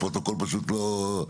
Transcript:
הפרוטוקול פשוט פה.